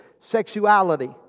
sexuality